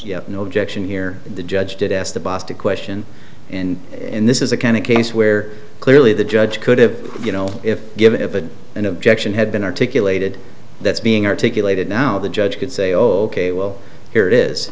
yes no objection here the judge did ask the boss to question and in this is a kind of case where clearly the judge could have you know if given an objection had been articulated that's being articulated now the judge could say oh ok well here it is